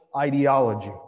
ideology